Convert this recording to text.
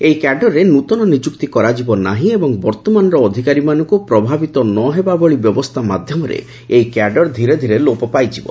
ଏହି କ୍ୟାଡରରେ ନୂଆ ନିଯୁକ୍ତି କରାଯିବ ନାହିଁ ଏବଂ ବର୍ତ୍ତମାନର ଅଧିକାରୀମାନଙ୍କୁ ପ୍ରଭାବିତ ନ ହେଲାଭଳି ବ୍ୟବସ୍ଥା ମାଧ୍ୟମରେ ଏହି କ୍ୟାଡର ଧୀରେଧୀରେ ଲୋପ ପାଇଯିବ